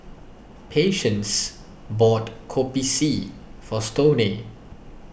Patience bought Kopi C for Stoney